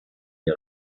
der